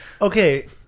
okay